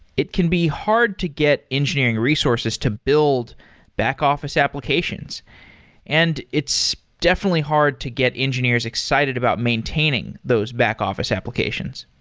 it can be hard to get engineering resources to build back-office applications and it's definitely hard to get engineers excited about maintaining those back-office applications.